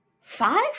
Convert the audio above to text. Five